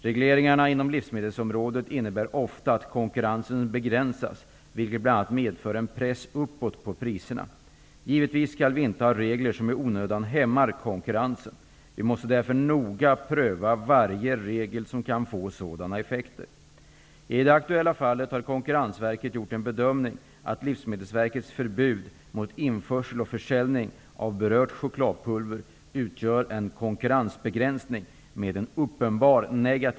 Regleringarna inom livsmedelsproduktionen kan innebära att konkurrensen begränsas, vilket bl.a. medför en press uppåt på priserna och en negativ inverkan på effektiviteten på marknaden. Givetvis skall vi inte ha regler som i onödan hämmar konkurrensen.